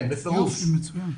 בפירוש.